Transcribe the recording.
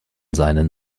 seinen